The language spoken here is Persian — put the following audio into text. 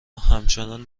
همچنان